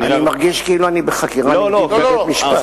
אני מרגיש כאילו אני בחקירה נגדית.